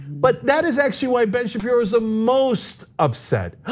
but that is actually why ben shapiro is the most upset.